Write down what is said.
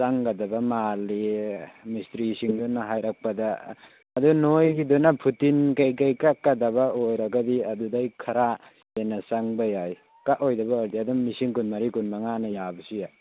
ꯆꯪꯒꯗꯕ ꯃꯥꯜꯂꯤ ꯃꯤꯁꯇ꯭ꯔꯤ ꯁꯤꯡꯗꯨꯅ ꯍꯥꯏꯔꯛꯄꯗ ꯑꯗꯨ ꯅꯣꯈꯣꯏꯒꯤꯗꯨꯅ ꯐꯨꯇꯤꯟ ꯀꯩ ꯀꯩ ꯀꯛꯀꯗꯕ ꯑꯣꯏꯔꯒꯗꯤ ꯑꯗꯨꯗꯩ ꯈꯔ ꯍꯦꯟꯅ ꯆꯪꯕ ꯌꯥꯏ ꯀꯛꯑꯣꯏꯗꯕ ꯑꯣꯏꯔꯗꯤ ꯑꯗꯨꯝ ꯂꯤꯁꯤꯡ ꯀꯨꯟꯃꯔꯤ ꯀꯨꯟꯃꯉꯥꯅ ꯌꯥꯕꯁꯨ ꯌꯥꯏ